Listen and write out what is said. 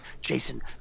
Jason